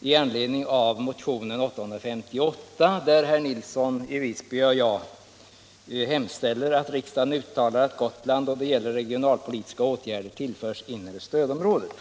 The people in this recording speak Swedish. med anledning av motionen 858, där herr Nilsson i Visby och jag hemställer att riksdagen uttalar att Gotland då det gäller regionalpolitiska åtgärder skall tillföras inre stödområdet.